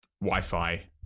Wi-Fi